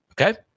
okay